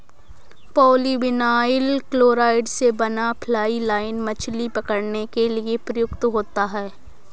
polyvinyl chloride से बना fly line मछली पकड़ने के लिए प्रयुक्त होता है